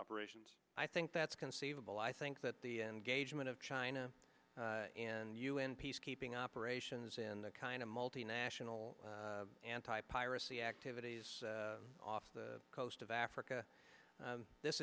operations i think that's conceivable i think that the engagement of china and u n peacekeeping operations in the kind of multinational anti piracy activities off the coast of africa this